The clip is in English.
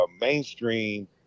mainstream